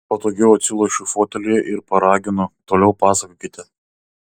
patogiau atsilošiu fotelyje ir paraginu toliau pasakokite